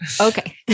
Okay